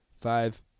five